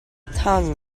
tongue